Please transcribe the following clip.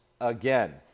again